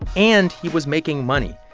and he was making money.